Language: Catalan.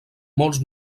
molts